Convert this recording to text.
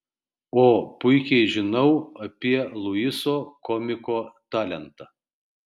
o puikiai žinau apie luiso komiko talentą